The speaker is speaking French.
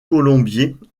colombier